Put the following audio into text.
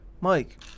Mike